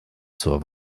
zur